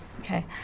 Okay